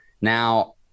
Now